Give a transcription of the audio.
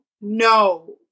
No